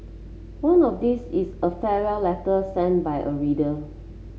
one of these is a farewell letter sent by a reader